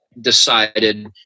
decided